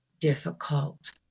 difficult